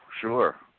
sure